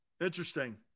Interesting